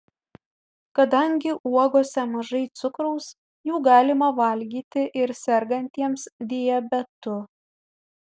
kadangi uogose mažai cukraus jų galima valgyti ir sergantiems diabetu